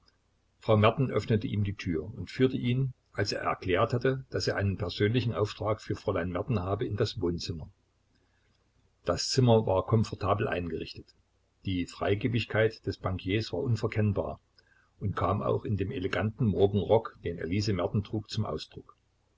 frau merten öffnete ihm die tür und führte ihn als er erklärt hatte daß er einen persönlichen auftrag für fräulein merten habe in das wohnzimmer das zimmer war komfortabel eingerichtet die freigebigkeit des bankiers war unverkennbar und kam auch in dem eleganten morgenrock den elise merten trug zum ausdruck